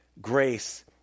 Grace